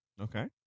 Okay